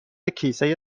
کیسه